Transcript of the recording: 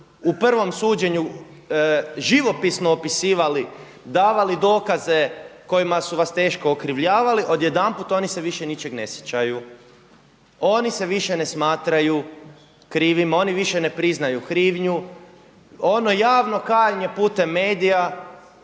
u prvom suđenju živopisno opisivali, davali dokaze kojima su vas teško okrivljavali odjedanput oni se više ničeg ne sjećaju. Oni se ne smatraju krivima, oni više ne priznaju krivnju. Ono javno kajanje putem medija,